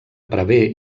prevé